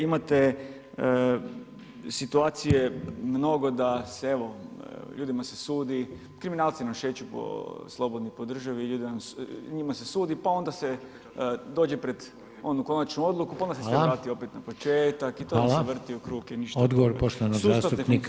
Imate situacije mnogo da se evo ljudima se sudi, kriminali nam šeću slobodni po državi, ljudima se sudi, pa onda se dođe pred onu konačnu odluku pa onda se sve vrati opet na početak i to se vrti u krug i ništa